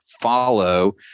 follow